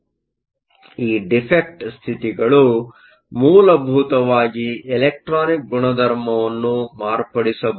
ಆದ್ದರಿಂದ ಈ ಡಿಫೆಕ್ಟ್ ಸ್ಥಿತಿಗಳು ಮೂಲಭೂತವಾಗಿ ಎಲೆಕ್ಟ್ರಾನಿಕ್ ಗುಣಧರ್ಮಗಳನ್ನು ಮಾರ್ಪಡಿಸಬಹುದು